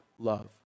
Love